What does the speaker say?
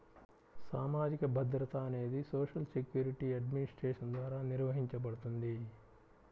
సామాజిక భద్రత అనేది సోషల్ సెక్యూరిటీ అడ్మినిస్ట్రేషన్ ద్వారా నిర్వహించబడుతుంది